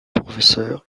professeur